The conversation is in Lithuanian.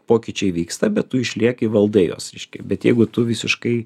pokyčiai vyksta bet tu išlieki valdai juos reiškia bet jeigu tu visiškai